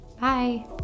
Bye